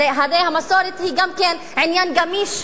הרי גם המסורת היא עניין גמיש,